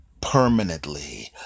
permanently